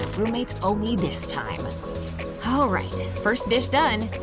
roommates owe me this time all right, first dish done.